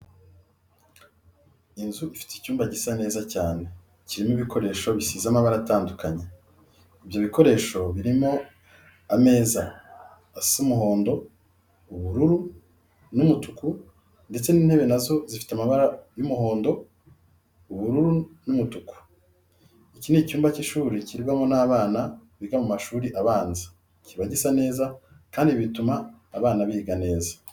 Inzu ifite icyumba gisa neza cyane, kirimo ibikoresho bisize amabara atandukanye. Ibyo bikoresho birimo imeza asa umuhondo, ubururu n'umutuku ndetse n'intebe na zo zifite amabara y'umuhondo, ubururu n'umutuku. Iki ni icyumba cy'ushuri kigirwamo n'abana biga mu mashuri abanza, kiba gisa neza kandi ibi bituma abana biga neza.